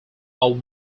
are